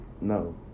no